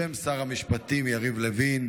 תרשמי אותו בפרוטוקול.